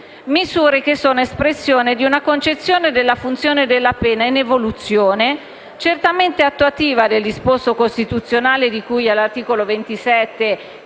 misure che sono espressione di una concezione della funzione della pena in evoluzione, certamente attuativa del disposto costituzionale di cui all'articolo 27,